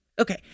Okay